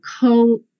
co